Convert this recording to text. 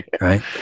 right